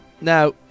Now